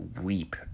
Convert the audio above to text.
weep